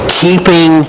keeping